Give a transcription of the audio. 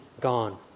gone